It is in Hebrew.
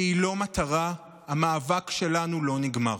שהיא לא מטרה, המאבק שלנו לא נגמר.